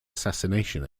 assassination